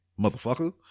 motherfucker